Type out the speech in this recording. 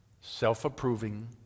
self-approving